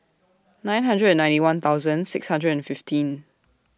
nine hundred and ninety one thousand six hundred and fifteen